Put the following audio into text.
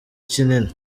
kinini